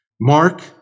Mark